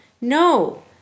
No